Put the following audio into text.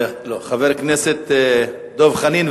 חבר הכנסת דב חנין,